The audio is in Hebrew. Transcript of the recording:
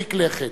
מרחיק לכת.